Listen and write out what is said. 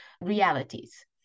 realities